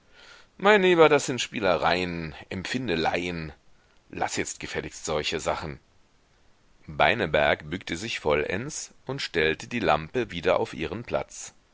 mein lieber das sind spielereien empfindeleien laß jetzt gefälligst solche sachen beineberg bückte sich vollends und stellte die lampe wieder auf ihren platz